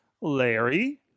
Larry